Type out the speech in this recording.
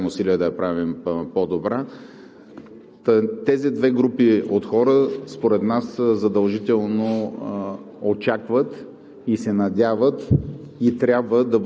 и надявам се да правим усилия да я правим по-добра. Та тези две групи от хора според нас задължително